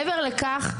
מעבר לכך,